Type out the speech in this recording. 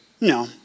No